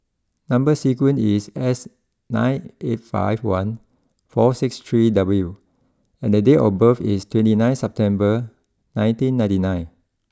number sequence is S nine eight five one four six three W and the date of birth is twenty nine September nineteen ninety nine